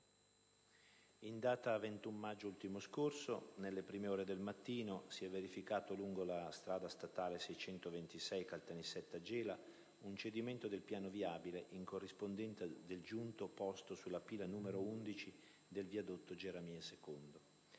in data 21 maggio ultimo scorso, nelle prime ore del mattino, si è verificato, lungo la strada statale 626 Caltanissetta-Gela, un cedimento del piano viabile in corrispondenza del giunto posto sulla pila n. 11 del viadotto "Geremia 2".